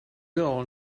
girl